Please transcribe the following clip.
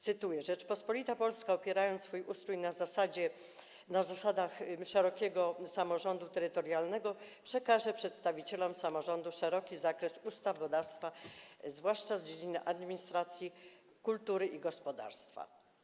Cytuję: Rzeczpospolita Polska, opierając swój ustrój na zasadach szerokiego samorządu terytorialnego, przekaże przedstawicielom samorządu szeroki zakres ustawodawstwa, zwłaszcza z dziedziny administracji, kultury i gospodarstwa.